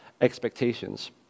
expectations